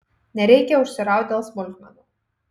nereikia užsiraut dėl smulkmenų